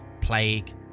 Plague